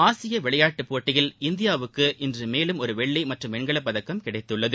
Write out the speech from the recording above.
ஆசிய விளையாட்டு போட்டியில் இந்தியாவுக்கு இன்று மேலும் ஒரு வெள்ளி மற்றும் வெண்கலப்பதக்கம் கிடைத்துள்ளது